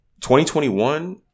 2021